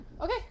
Okay